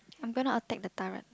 I'm gonna attack the turret